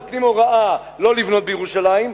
נותנים הוראה לא לבנות בירושלים,